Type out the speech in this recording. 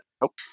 Nope